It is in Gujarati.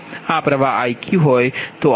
આ પ્ર્વાહ Ik હોય તો આ Ij છે